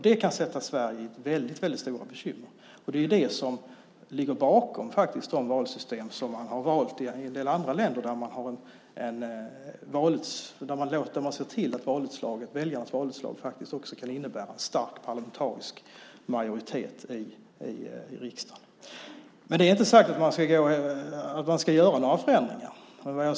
Det kan ge Sverige väldigt stora bekymmer. Det är det som ligger bakom de valsystem som man har valt i en del andra länder, där man ser till att valutslaget faktiskt också kan innebära en stark parlamentarisk majoritet. Men det är inte säkert att man ska göra några förändringar.